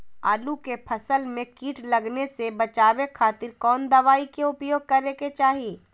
आलू के फसल में कीट लगने से बचावे खातिर कौन दवाई के उपयोग करे के चाही?